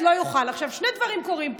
גם מהטלוויזיה שמעתי אותו מצוין.